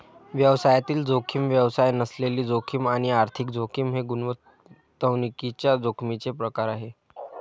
व्यवसायातील जोखीम, व्यवसाय नसलेली जोखीम आणि आर्थिक जोखीम हे गुंतवणुकीच्या जोखमीचे प्रकार आहेत